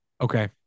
Okay